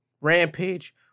Rampage